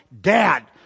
dad